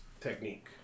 technique